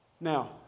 Now